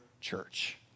church